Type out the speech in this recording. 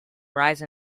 rise